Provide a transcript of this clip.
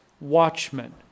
watchmen